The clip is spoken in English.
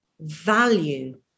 value